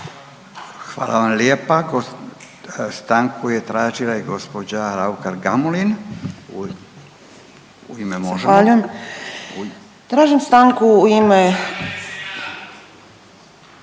Hvala vam lijepa. Stanku je tražila i gđa Raukar-Gamulin,